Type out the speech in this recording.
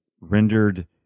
rendered